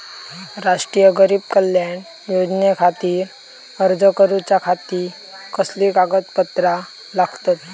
राष्ट्रीय गरीब कल्याण योजनेखातीर अर्ज करूच्या खाती कसली कागदपत्रा लागतत?